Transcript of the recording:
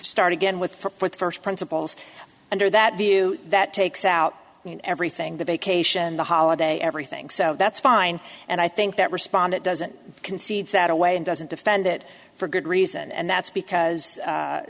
start again with for the first principles under that view that takes out everything the vacation the holiday everything so that's fine and i think that respondent doesn't concedes that away and doesn't defend it for good reason and that's because